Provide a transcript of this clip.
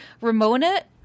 Ramona